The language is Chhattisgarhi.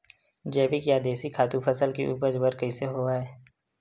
जैविक या देशी खातु फसल के उपज बर कइसे होहय?